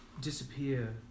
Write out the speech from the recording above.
disappear